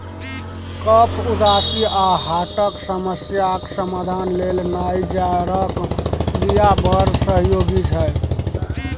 कफ, उकासी आ हार्टक समस्याक समाधान लेल नाइजरक बीया बड़ सहयोगी छै